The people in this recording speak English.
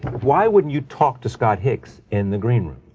why wouldn't you talk to scott hicks in the green room?